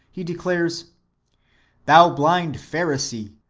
he de clares thou blind pharisee,